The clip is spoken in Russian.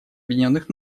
объединенных